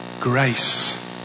grace